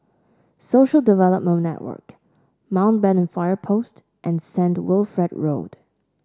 Social Development Network Mountbatten Fire Post and Saint Wilfred Road